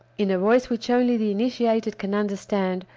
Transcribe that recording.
in a voice which only the initiated can understand,